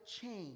change